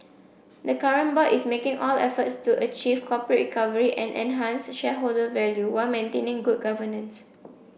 the current board is making all efforts to achieve corporate recovery and enhance shareholder value while maintaining good governance